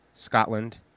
Scotland